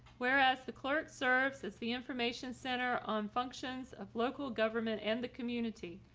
whereas the clerk serves as the information center on functions of local government and the community.